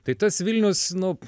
tai tas vilnius nu